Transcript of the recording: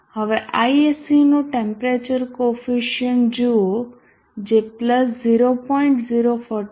હવે Isc નો temperature coefficient જુઓ જે પ્લસ 0